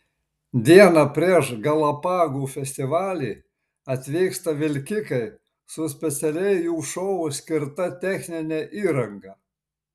dieną prieš galapagų festivalį atvyksta vilkikai su specialiai jų šou skirta technine įranga